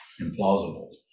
implausible